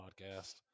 podcast